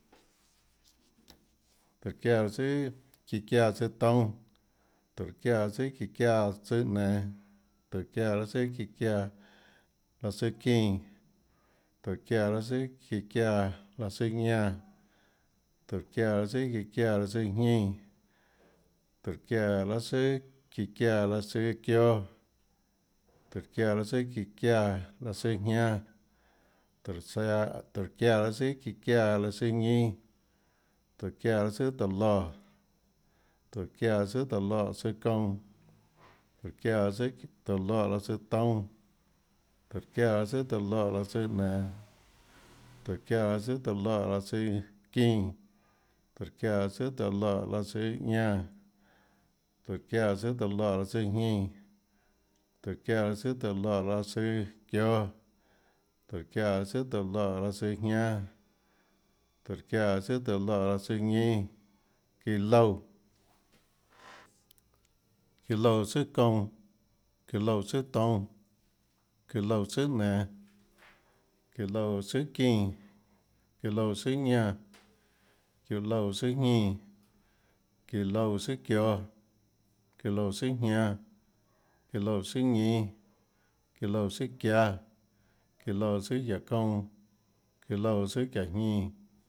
Tóhå çiáã raâ tsùà çiã çiáã tsùâtoúnâ, tóhå çiáã raâ tsùà çiã çiáã tsùâ nenå, tóhå çiáã raâ tsùà çiã çiáã raâ tsùâ çínã, tóhå çiáã raâ tsùà çiã çiáã raâ tsùâ ñánã, tóhå çiáã raâ tsùà çiã çiáã raâ tsùâjñínã, tóhå çiáã raâ tsùà çiã çiáã raâ tsùâ çióâ, tóhå çiáã raâ tsùà çiã çiáã raâ tsùâjñánâ, tróhå tóhå çiáã raâ tsùà çiã çiáã laâ tsùâ ñínâ, tóhå çiáã raâ tsùà tóå loè, tóhå çiáã raâ tsùà tóå loè tsùà çounã, tóhå çiáã raâ tsùà tóå loè raâ tsùà toúnâ, tóhå çiáã raâ tsùà tóå loè raâ tsùà nenå, tóhå çiáã raâ tsùà tóå loè raâ tsùàçínã, tóhå çiáã raâ tsùà tóå loè raâ tsù ñánã, tóhå çiáã raâ tsùà tóå loè raâ tsù jñínã. tóhå çiáã raâ tsùà tóå loè raâ tsù çióâ, tóhå çiáã raâ tsùà tóå loè raâ tsù jñánâ, tóhå çiáã raâ tsùà tóå loè raâ tsù ñínâ, iã loúã, iã loúã tsùà çounã, iã loúã tsùà kounã, iã loúã tsùàtoúnâ, iã loúã tsùà nenå, iã loúã tsùàçínã, iã loúã tsùà ñánã. iã loúã tsùà jñínã, iã loúã tsùà çióâ. iã loúã tsùà jñánâ, iã loúã tsùàñínâ, iã loúã tsùàçiáâ. iã loúã tsùà çiáhå kounã, iã loúã tsùà çiáhåjñínã.